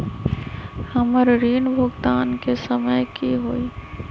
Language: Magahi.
हमर ऋण भुगतान के समय कि होई?